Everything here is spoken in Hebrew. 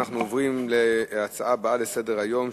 אנחנו עוברים להצעות הבאות לסדר-היום,